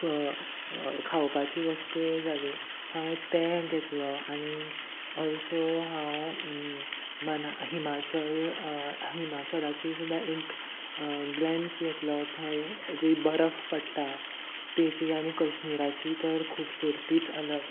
फ खावपाची वस्तूयें जाली हांव ते घेतलो आनी ऑल्सो हांव मना हिमाचल हिमाचलाची सुद्दां एक ग्लेन्स घेतलो थंय जी बरफ पडटा तेजी आनी कश्मीराची तर खुबसूरतीच अलक